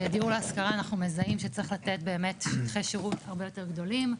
בדיור להשכרה אנחנו מזהים שצריך לתת באמת שטחי שירות הרבה יותר גדולים,